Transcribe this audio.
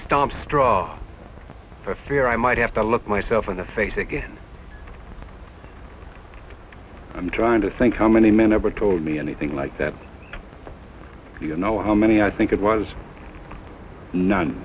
stamps straw for fear i might have to look myself in the face again i'm trying to think how many men ever told me anything like that do you know how many i think it was